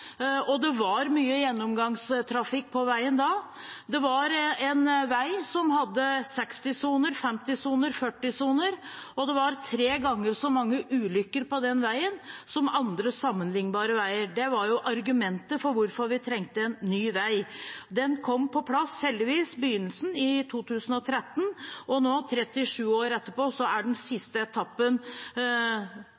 og det var mye gjennomgangstrafikk på veien da. Det var en vei som hadde 60-soner, 50-soner og 40-soner, og det var tre ganger så mange ulykker på den veien som på sammenlignbare veier. Det var argumentet for at vi trengte en ny vei. Den kom på plass, heldigvis, i begynnelsen av 2013, og nå, 37 år etterpå, er den